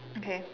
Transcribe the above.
okay